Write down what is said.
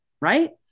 right